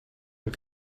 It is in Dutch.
een